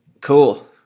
Cool